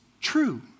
true